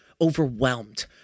overwhelmed